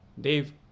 Dave